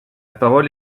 parole